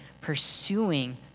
pursuing